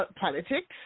Politics